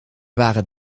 waren